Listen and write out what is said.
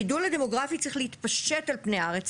הגידול הדמוגרפי צריך להתפשט על פני הארץ.